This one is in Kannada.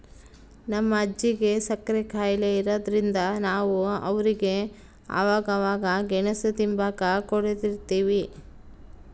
ನಮ್ ಅಜ್ಜಿಗೆ ಸಕ್ರೆ ಖಾಯಿಲೆ ಇರಾದ್ರಿಂದ ನಾವು ಅವ್ರಿಗೆ ಅವಾಗವಾಗ ಗೆಣುಸು ತಿಂಬಾಕ ಕೊಡುತಿರ್ತೀವಿ